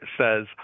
says